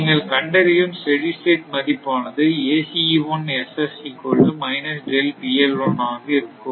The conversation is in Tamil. நீங்கள் கண்டறியும் ஸ்டெடி ஸ்டேட் மதிப்பானது ஆக இருக்கும்